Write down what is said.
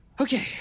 okay